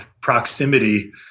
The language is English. proximity